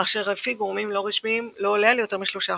אשר לפי גורמים רשמיים לא עולה על יותר מ-3%.